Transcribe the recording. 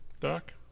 doc